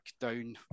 down